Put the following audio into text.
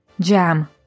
Jam